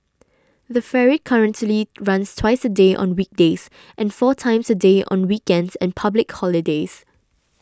the ferry currently runs twice a day on weekdays and four times a day on weekends and public holidays